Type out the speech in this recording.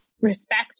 respect